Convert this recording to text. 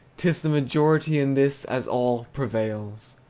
t is the majority in this, as all, prevails.